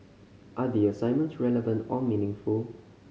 are the assignments relevant or meaningful